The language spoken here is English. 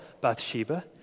Bathsheba